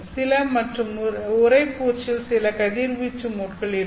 சில மற்றும் உறைப்பூச்சில் சில கதிர்வீச்சு மோட்கள் இருக்கும்